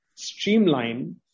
streamline